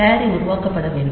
carry உருவாக்கப்பட வேண்டும்